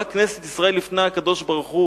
אמרה כנסת ישראל לפני הקדוש-ברוך-הוא,